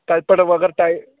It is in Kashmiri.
تَتہِ پٮ۪ٹھٕ اگر تۄہہِ